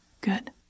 Good